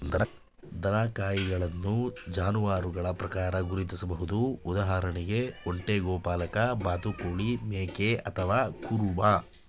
ದನಗಾಹಿಗಳನ್ನು ಜಾನುವಾರುಗಳ ಪ್ರಕಾರ ಗುರ್ತಿಸ್ಬೋದು ಉದಾಹರಣೆಗೆ ಒಂಟೆ ಗೋಪಾಲಕ ಬಾತುಕೋಳಿ ಮೇಕೆ ಅಥವಾ ಕುರುಬ